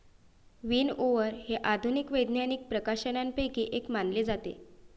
विनओवर हे आधुनिक वैज्ञानिक प्रकाशनांपैकी एक मानले जाते